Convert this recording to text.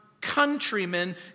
countrymen